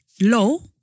low